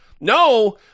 No